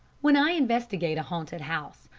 when i investigate a haunted house,